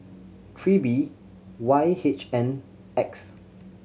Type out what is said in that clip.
three B Y H N X